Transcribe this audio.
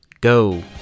go